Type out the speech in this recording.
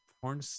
porn